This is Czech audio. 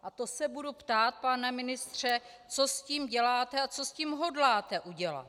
A to se budu ptát, pane ministře, co s tím děláte a co s tím hodláte udělat.